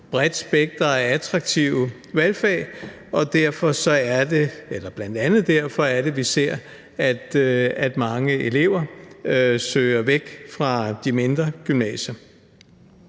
bredt spekter af attraktive valgfag. Og det er bl.a. derfor, at vi ser, at mange elever søger væk fra de mindre gymnasier.